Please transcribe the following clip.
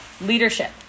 Leadership